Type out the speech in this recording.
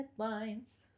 headlines